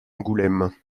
angoulême